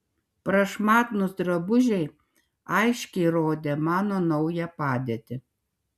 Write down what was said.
prašmatnūs drabužiai aiškiai rodė mano naują padėtį